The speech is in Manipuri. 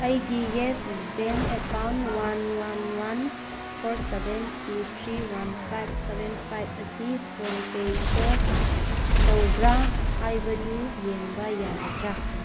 ꯑꯩꯒꯤ Yes bank account one one one four seven two three one five seven five ꯑꯁꯤ ꯐꯣꯟ ꯄꯦ ꯏꯁꯇꯣꯔ ꯇꯧꯕ꯭ꯔꯥ ꯍꯥꯏꯕꯗꯨ ꯌꯦꯡꯕ ꯌꯥꯒꯗ꯭ꯔꯥ